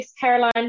Caroline